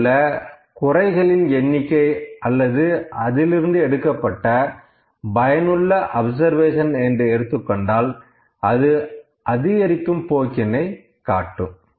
இதிலுள்ள குறைகளின் எண்ணிக்கை அல்லது அதிலிருந்து எடுக்கப்பட்ட பயனுள்ள அப்சர்வேஷன் என்று எடுத்துக் கொண்டால் அது அதிகரிக்கும் போக்கினை காட்டும்